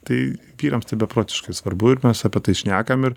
tai vyrams tai beprotiškai svarbu ir mes apie tai šnekam ir